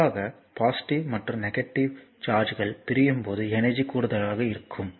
பொதுவாக பொசிட்டிவ் மற்றும் நெகட்டிவ் சார்ஜ்கள் பிரியும் போது எனர்ஜி கூடுதலாக இருக்கும்